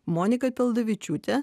monika pildavičiūtė